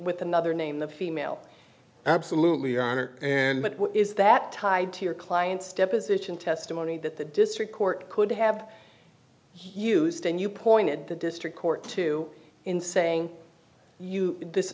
with another name the female absolutely honor and that is that tied to your client's deposition testimony that the district court could have used and you pointed the district court to in saying you this